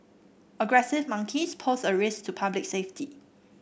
aggressive monkeys pose a risk to public safety